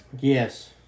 Yes